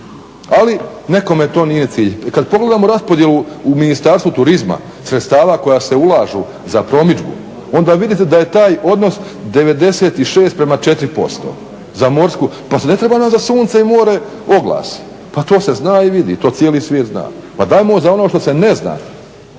ali nekome to nije cilj. Kad pogledamo raspodjelu u Ministarstvu turizma, sredstava koja se ulažu za promidžbu, onda vidite da je taj odnos 96:4% za morsku, pa ne treba nam za sunce i more oglasi, pa to se zna i vidi, to cijeli svijet zna, pa dajmo za ono što se ne zna,